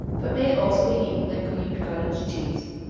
but may also be eaten like creamed cottage cheese.